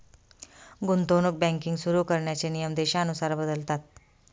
गुंतवणूक बँकिंग सुरु करण्याचे नियम देशानुसार बदलतात